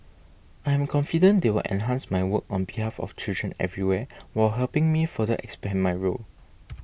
I am confident they will enhance my work on behalf of children everywhere while helping me further expand my role